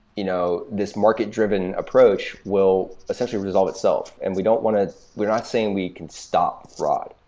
you know this market-driven approach will essentially resolve itself, and we don't want to we're not saying we can stop fraud.